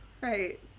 Right